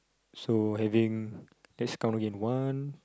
so having let's count again one